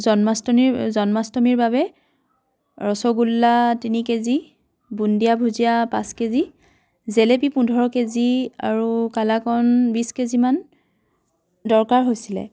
জন্মাষ্টনীৰ জন্মাষ্টমীৰ বাবে ৰসগোল্লা তিনি কেজি বুন্দিয়া ভুজিয়া পাঁচ কেজি জেলেপী পোন্ধৰ কেজি আৰু কালাকন বিছ কেজিমান দৰকাৰ হৈছিলে